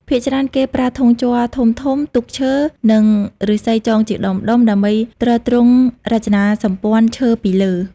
ភាគច្រើនគេប្រើធុងជ័រធំៗ ទូកឈើ និងឫស្សីចងជាដុំៗ ដើម្បីទ្រទ្រង់រចនាសម្ព័ន្ធឈើពីលើ។